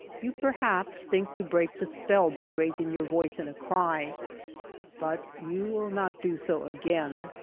you perhaps think to break the spell by raising your voice in a cry but you will not do so again.